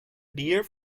dear